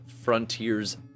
Frontiers